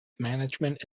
management